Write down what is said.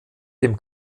den